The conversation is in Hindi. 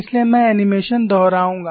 इसलिए मैं एनीमेशन दोहराऊंगा